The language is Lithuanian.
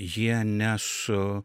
jie ne su